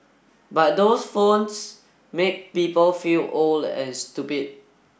but those phones make people feel old and stupid